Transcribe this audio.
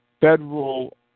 federal